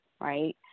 right